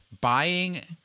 Buying